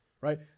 right